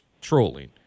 trolling